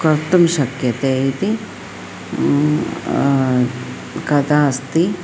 कर्तुं शक्यते इति कथा अस्ति